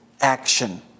action